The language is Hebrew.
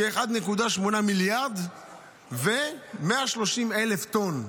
כ-1.8 מיליארד ו-130,000 טונות.